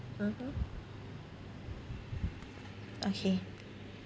(uh huh) okay